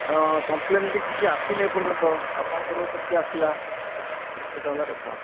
complain ବି କିଛି ଆସିନି ଏ ପର୍ଯ୍ୟନ୍ତ ଆପଣଙ୍କର କେମିତି ଆସିଲା ସେଇଟା ହେଲା କଥା